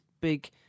big